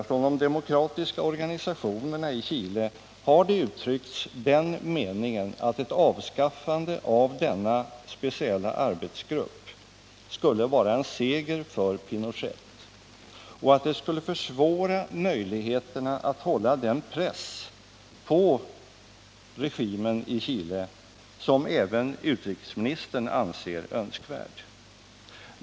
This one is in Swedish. Från de demokratiska organisationerna i Chile har den meningen uttryckts att ett avskaffande av denna speciella arbetsgrupp skulle vara en seger för Pinochet och att det skulle försvåra möjligheterna att hålla den press på regimen i Chile som även utrikesministern anser önskvärd.